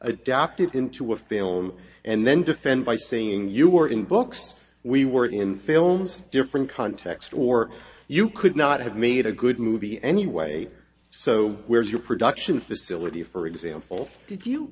adopt it into a fail him and then defend by saying you were in books we were in films different context or you could not have made a good movie anyway so where's your production facility for example did you